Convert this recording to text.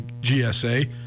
GSA